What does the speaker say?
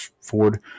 Ford